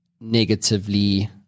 negatively